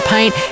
Paint